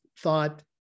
Thought